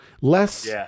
less